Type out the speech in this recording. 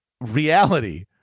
reality